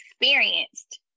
experienced